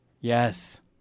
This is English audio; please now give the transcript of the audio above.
Yes